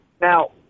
Now